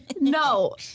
No